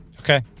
Okay